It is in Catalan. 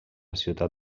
ciutat